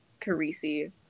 Carisi